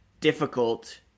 difficult